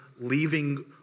leaving